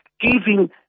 giving